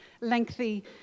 lengthy